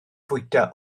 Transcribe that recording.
fwyta